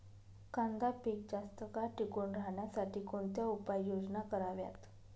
कांदा पीक जास्त काळ टिकून राहण्यासाठी कोणत्या उपाययोजना कराव्यात?